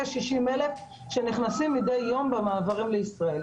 כ-60,000 שנכנסים מידי יום במעברים לישראל.